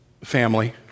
family